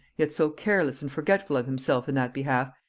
yet so careless and forgetful of himself in that behalf,